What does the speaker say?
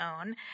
own